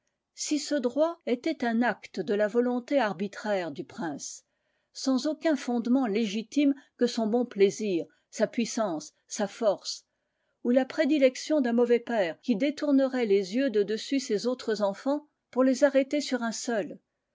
si ce droit était un acte de la volonté arbitraire du prince sans aucun fondement légitime que son bon plaisir sa puissance sa force ou la prédilection d'un mauvais père qui détournerait les yeux de dessus ses autres enfants pour les arrêter sur un seul